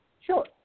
sure